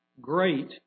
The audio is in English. great